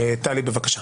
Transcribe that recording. טלי, בבקשה.